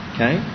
Okay